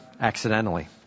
accidentally